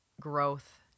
growth